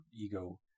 ego